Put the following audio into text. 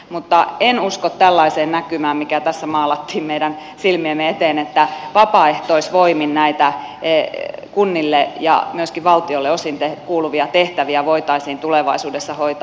mutta en usko tällaiseen näkymään mikä tässä maalattiin meidän silmiemme eteen että vapaaehtoisvoimin näitä kunnille ja myöskin osin valtiolle kuuluvia tehtäviä voitaisiin tulevaisuudessa hoitaa